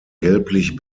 gelblich